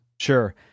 Sure